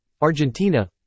Argentina